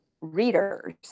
readers